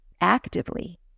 actively